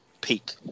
peak